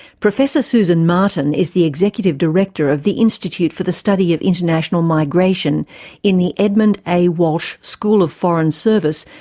professor susan martin is the executive director of the institute for the study of international migration in the edmund a. walsh school of foreign service,